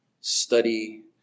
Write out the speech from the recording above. study